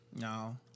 No